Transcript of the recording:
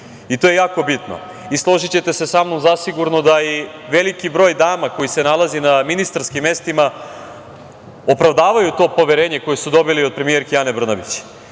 To je jako bitno. Složićete se sa mnom zasigurno da i veliki broj dama koji se nalazi na ministarskim mestima opravdavaju to poverenje koje su dobili od premijerke Ane Brnabić.